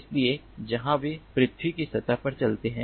इसलिए जहां वे पृथ्वी की सतह पर चलते हैं